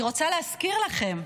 אני רוצה להזכיר לכם,